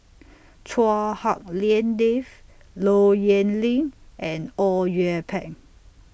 Chua Hak Lien Dave Low Yen Ling and Au Yue Pak